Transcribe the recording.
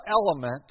element